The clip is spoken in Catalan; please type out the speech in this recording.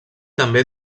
també